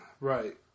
right